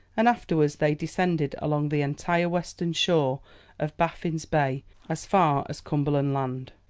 and afterwards they descended along the entire western shore of baffin's bay as far as cumberland land.